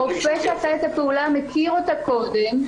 הרופא שעשה את הפעולה מכיר אותה קודם.